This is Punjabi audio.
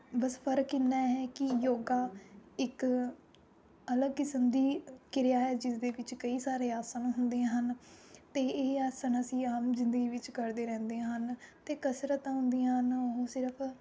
ਬਸ ਫਰਕ ਐਨਾ ਹੈ ਕਿ ਯੋਗਾ ਇੱਕ ਅਲੱਗ ਕਿਸਮ ਦੀ ਕਿਰਿਆ ਹੈ ਜਿਸ ਦੇ ਵਿੱਚ ਕਈ ਸਾਰੇ ਆਸਣ ਹੁੰਦੇ ਹਨ ਅਤੇ ਇਹ ਆਸਣ ਅਸੀਂ ਆਮ ਜ਼ਿੰਦਗੀ ਵਿੱਚ ਕਰਦੇ ਰਹਿੰਦੇ ਹਨ ਅਤੇ ਕਸਰਤਾਂ ਹੁੰਦੀਆਂ ਹਨ ਉਹ ਸਿਰਫ਼